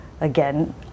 again